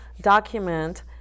document